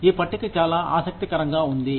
ఈ పట్టిక చాలా ఆసక్తికరంగా ఉంది